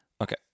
Okay